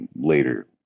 later